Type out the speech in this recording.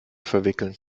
verwickeln